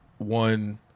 One